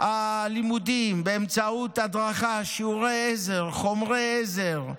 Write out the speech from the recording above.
הלימודים באמצעות הדרכה, שיעורי עזר, חומרי עזר,